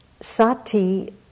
Sati